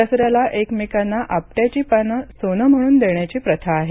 दसऱ्याला एकमेकांना आपट्याची पानं सोनं म्हणून देण्याची प्रथा आहे